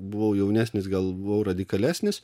buvau jaunesnis gal buvau radikalesnis